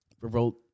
revolt